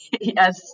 Yes